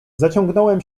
zaciągnąłem